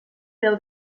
déu